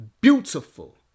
beautiful